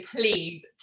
please